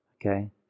Okay